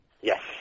Yes